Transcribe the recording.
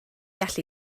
allu